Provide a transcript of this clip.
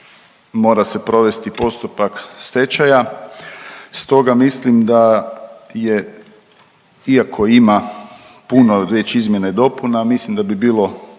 mora se provesti postupak stečaja, stoga mislim da je iako ima puno već izmjena i dopuna mislim da bi bilo